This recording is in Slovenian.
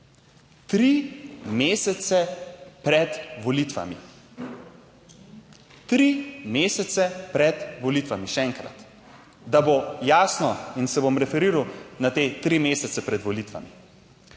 Tri mesece pred volitvami, tri mesece pred volitvami. Še enkrat, da bo jasno in se bom referiral na te tri mesece pred volitvami.